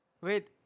Wait